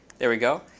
there we go.